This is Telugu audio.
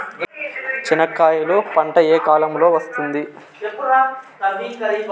చెనక్కాయలు పంట ఏ కాలము లో వస్తుంది